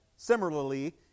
similarly